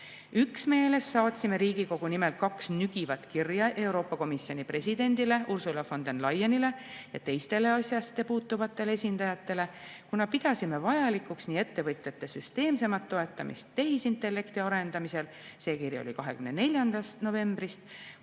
Üksmeeles saatsime Riigikogu nimel kaks nügivat kirja Euroopa Komisjoni presidendile Ursula von der Leyenile ja teistele asjassepuutuvatele esindajatele, kuna pidasime vajalikuks nii ettevõtjate süsteemsemat toetamist tehisintellekti arendamisel – see kiri oli 24. novembrist